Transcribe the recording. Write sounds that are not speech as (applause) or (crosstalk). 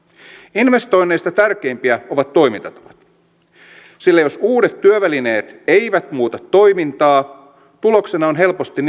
investoinneista tärkeimpiä ovat toimintatavat sillä jos uudet työvälineet eivät muuta toimintaa tuloksena on helposti (unintelligible)